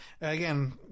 again